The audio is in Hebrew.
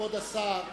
כבוד השר,